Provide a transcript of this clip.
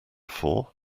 four